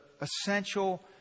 essential